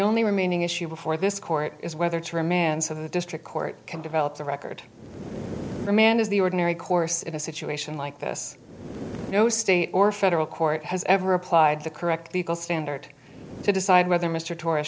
only remaining issue before this court is whether to remand so the district court can develop the record remand is the ordinary course in a situation like this no state or federal court has ever applied the correct legal standard to decide whether mr to